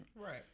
Right